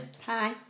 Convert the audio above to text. Hi